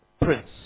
Prince